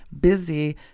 busy